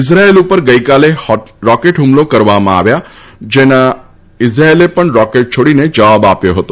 Israel ઉપર ગઇકાલે rocket ફમલા કરવામાં આવ્યા જેનો ઇઝરાયેલે પણ રોકેટ છોડીને જવાબ આપ્યો હતો